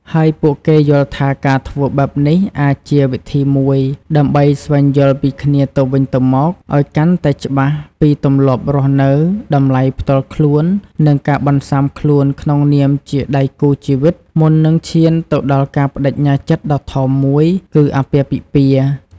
ហើយពួកគេយល់ថាការធ្វើបែបនេះអាចជាវិធីមួយដើម្បី ស្វែងយល់ពីគ្នាទៅវិញទៅមក ឱ្យកាន់តែច្បាស់ពីទម្លាប់រស់នៅ តម្លៃផ្ទាល់ខ្លួន និងការបន្សាំខ្លួនក្នុងនាមជាដៃគូជីវិត មុននឹងឈានទៅដល់ការប្តេជ្ញាចិត្តដ៏ធំមួយគឺអាពាហ៍ពិពាហ៍។